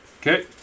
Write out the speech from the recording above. Okay